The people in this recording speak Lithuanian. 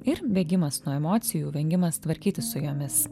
ir bėgimas nuo emocijų vengimas tvarkytis su jomis